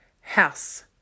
house